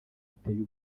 ziteye